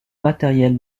matériel